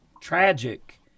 tragic